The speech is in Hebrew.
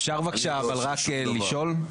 אפשר בבקשה רק לשאול שאלה?